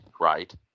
right